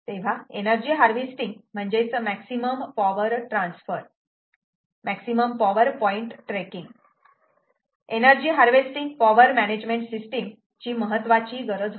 तेव्हा energy harvesting म्हणजेच maximum power transfer maximum power point tracking energy harvesting power management system ची महत्वाची गरज होते